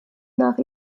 nach